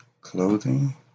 Clothing